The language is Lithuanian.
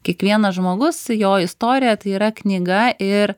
kiekvienas žmogus jo istorija tai yra knyga ir